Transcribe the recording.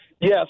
Yes